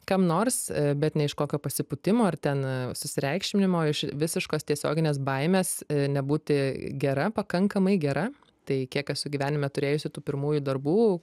kam nors bet ne iš kokio pasipūtimo ar ten susireikšminimo iš visiškos tiesioginės baimės ir nebūti gera pakankamai gera tai kiek esu gyvenime turėjusi tų pirmųjų darbų